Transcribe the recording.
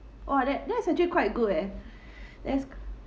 !wah! that that's actually quite good eh that's q~